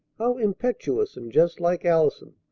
how impetuous and just like allison,